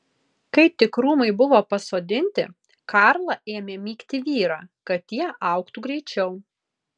kai tik krūmai buvo pasodinti karla ėmė mygti vyrą kad tie augtų greičiau